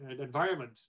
environment